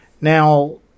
Now